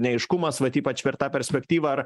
neaiškumas vat ypač per tą perspektyvą ar